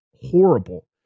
horrible